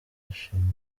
yashimiwe